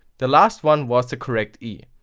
the last one was the correct e.